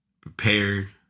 Prepared